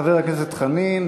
חבר הכנסת חנין.